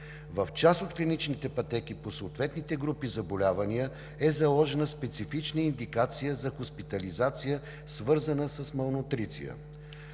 В част от клиничните пътеки по съответните групи заболявания е заложена специфична индикация за хоспитализация, свързана с малнутриция.